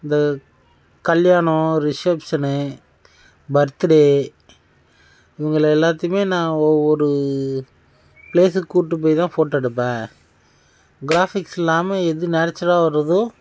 இந்த கல்யாணம் reception birthday உங்களை எல்லாத்தையுமே நான் ஒவ்வொரு பிளேஸுக்கு கூப்பிட்டு போயிதான் ஃபோட்டோ எடுப்பேன் கிராஃபிக்ஸ் இல்லாமல் எது நேச்சுரல்லா வருதோ